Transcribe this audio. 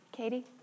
Katie